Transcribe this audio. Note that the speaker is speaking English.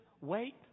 wait